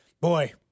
boy